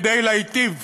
כדי להיטיב